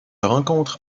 rencontre